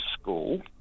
school